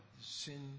sin